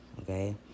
Okay